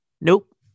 Nope